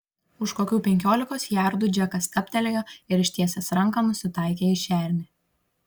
už kokių penkiolikos jardų džekas stabtelėjo ir ištiesęs ranką nusitaikė į šernę